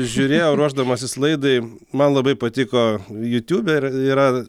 žiūrėjau ruošdamasis laidai man labai patiko jutiubėje yra